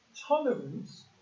Tolerance